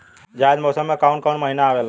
जायद मौसम में काउन काउन महीना आवेला?